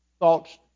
thoughts